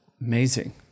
amazing